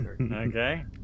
Okay